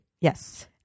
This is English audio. Yes